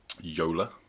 Yola